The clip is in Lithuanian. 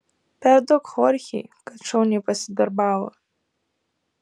perduok chorchei kad šauniai pasidarbavo